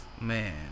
Man